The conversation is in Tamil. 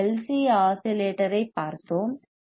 சி ஆஸிலேட்டரைப் பார்த்தோம் எல்